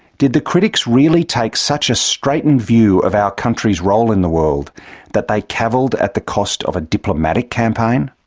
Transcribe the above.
did the critics really take such a straitened view of our country's role in the world that they cavilled at the cost of a diplomatic campaign?